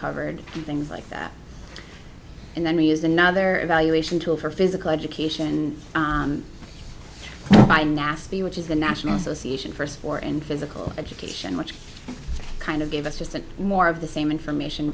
covered and things like that and then we use another evaluation tool for physical education by nasty which is the national association for us for in physical education which kind of gave us just a more of the same information